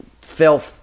fell